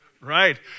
right